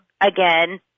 again